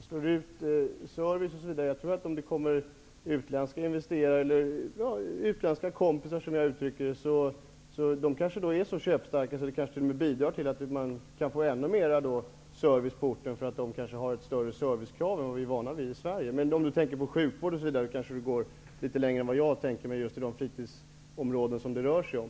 Fru talman! Servicen kommer att slås ut, säger Bengt Kindbom. Jag tror att utländska investerare -- utländska kompisar, som jag uttrycker det -- är så köpstarka att de kanske t.o.m. bidrar till att få ännu mera service på orten, beroende på att de har större krav på service än vad vi är vana vid i Sverige. Om Bengt Kindbom tänker på sjukvård osv., går han längre än jag gör när det gäller de fritidsområden som det rör sig om.